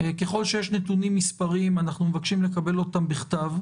ככל שיש נתונים מספריים אנחנו מבקשים לקבל אותם בכתב.